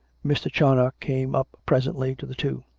mr. charnoc came up presently to the two.